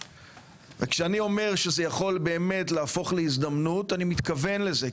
כשאני אומר שזה יכול באמת להפוך להזדמנות אני מתכוון לזה,